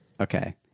Okay